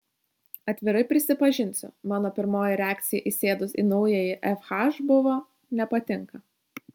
atvirai prisipažinsiu mano pirmoji reakcija įsėdus į naująjį fh buvo nepatinka